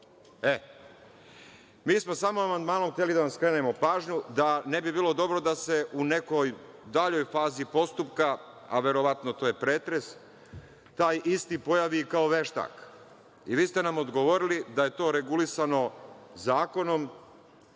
smo samo amandmanom hteli da vam skrenemo pažnju da ne bi bilo dobro da se u nekoj daljoj fazi postupka, a verovatno je to pretres, taj isti pojavi kao veštak. Vi ste nam odgovorili da je to regulisano zakonom